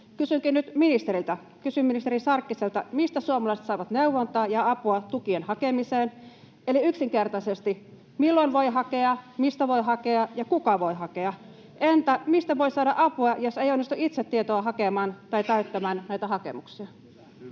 Kysynkin nyt ministeri Sarkkiselta: mistä suomalaiset saavat neuvontaa ja apua tukien hakemiseen? Eli yksinkertaisesti: Milloin voi hakea, mistä voi hakea, ja kuka voi hakea? Entä mistä voi saada apua, jos ei onnistu itse tietoa hakemaan tai täyttämään näitä hakemuksia?